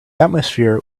atmosphere